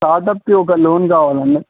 స్టార్ట్అప్కి ఒక లోన్ కావాలండి